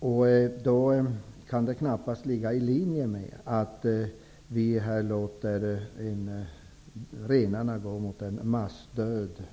Därför kan det knappast vara i linje med den att låta renarna gå mot en massdöd.